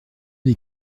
des